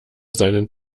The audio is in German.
seinen